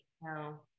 No